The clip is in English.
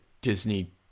Disney